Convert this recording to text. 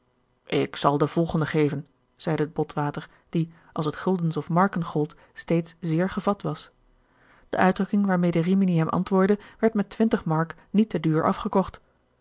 ik zal de volgende geven zeide botwater die als het guldens of marken gold steeds zeer gevat was de uitdrukking waarmede rimini hem antwoordde werd met twintig mark niet te duur afgekocht